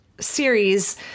series